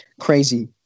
Crazy